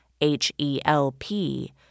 H-E-L-P